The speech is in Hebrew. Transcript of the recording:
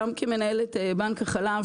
גם כמנהלת בנק החלב,